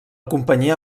companyia